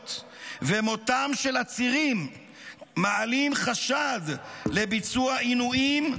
התעללויות ומותם של עצירים מעלים חשד לביצוע עינויים,